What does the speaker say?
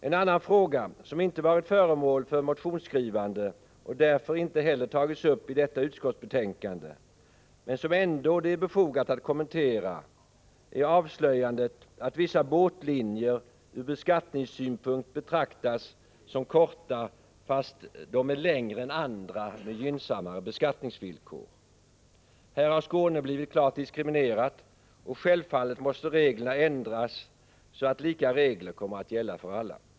En annan fråga, som inte har varit föremål för motionsskrivande och därför inte heller tagits upp i detta utskottsbetänkande men som ändå motiverar en kommentar, är avslöjandet att vissa båtlinjer från beskattningssynpunkt betraktas som korta, trots att de är längre än andra, som har gynsammare beskattningsvillkor. Här har Skåne blivit klart diskriminerat, och självfallet måste bestämmelserna ändras, så att lika regler kommer att gälla för alla.